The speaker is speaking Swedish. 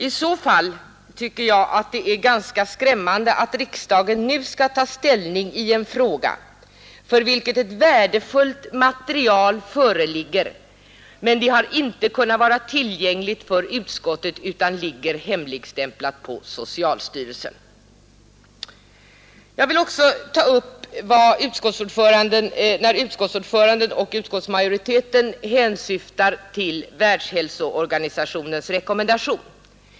I så fall tycker jag det är ganska skrämmande att riksdagen nu skall ta ställning i en fråga för vilken det föreligger ett värdefullt material som inte kunnat vara tillgängligt för utskottet utan som ligger hemligstämplat på socialstyrelsen. Utskottsordföranden och utskottsmajoriteten hänvisar till Världshälsoorganisationens rekommendation.